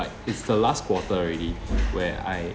it's the last quarter already where I